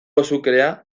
azukrea